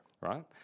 right